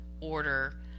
order